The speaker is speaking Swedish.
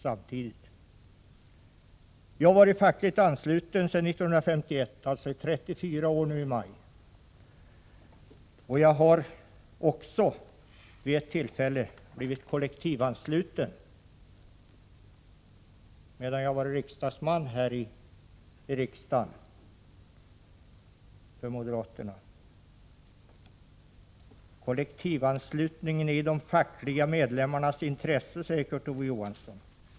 Jag har varit fackligt ansluten sedan 1951, i 34 år nu i maj, och jag har också vid ett tillfälle blivit kollektivansluten, samtidigt som jag var riksdagsman för moderaterna. Kollektivanslutningen är i de fackliga medlemmarnas intresse, säger Kurt Ove Johansson.